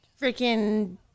freaking